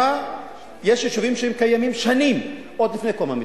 יש יישובים שקיימים שנים, עוד מלפני קום מדינה,